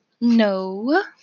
No